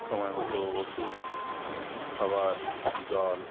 সময় মতো ওষুধ খাওয়ার জল